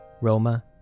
Roma